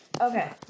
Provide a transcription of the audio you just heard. Okay